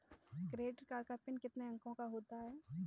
Credit card का PIN कितने अंकों का होता है?